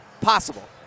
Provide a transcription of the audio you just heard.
Possible